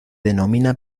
denomina